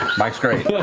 mike's great.